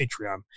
Patreon